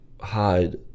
hide